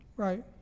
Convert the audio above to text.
Right